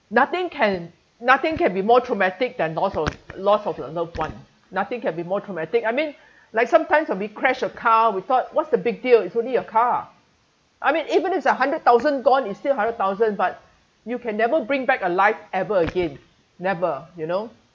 nothing can nothing can be more traumatic than loss of loss of your loved one nothing can be more traumatic I mean like sometimes when we crashed a car we thought what's the big deal it's only a car I mean even it's a hundred thousand gone it still hundred thousand but you can never bring back a life ever again never you know